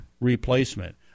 replacement